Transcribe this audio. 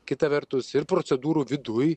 kita vertus ir procedūrų viduj